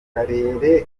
akarere